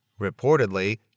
Reportedly